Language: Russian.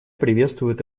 приветствует